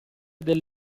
del